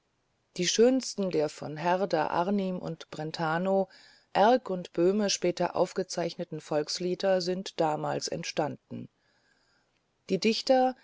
die schönsten der von herder arnim und brentano erk und böhme später aufgezeichneten volkslieder sind damals entstanden die dichter